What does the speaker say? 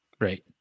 Right